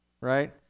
Right